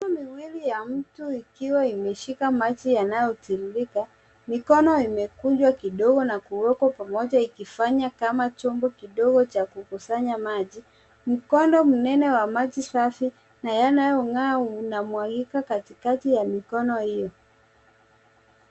Mikono miwili ya mtu ikiwa imeshika maji yanayotiririka. Mikono imekunjwa kidogo ma kuwekwa pamoja ikifanya kama chombo kidogo cha kukusanya maji. Mkondo mnene wa maji safi na yanayong'aa inamwangika Katikati ya mikono hiyo.